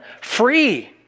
free